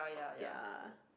ya